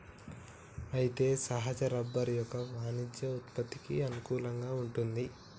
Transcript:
అయితే సహజ రబ్బరు యొక్క వాణిజ్య ఉత్పత్తికి అనుకూలంగా వుంటుంది